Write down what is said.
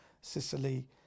Sicily